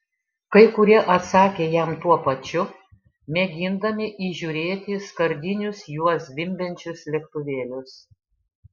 kai kurie atsakė jam tuo pačiu mėgindami įžiūrėti skardinius juo zvimbiančius lėktuvėlius